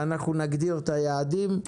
ואנחנו נגדיר את היעדים.